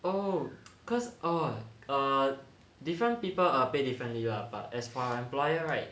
oh cause orh different people are paid differently lah but as for employer right